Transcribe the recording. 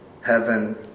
heaven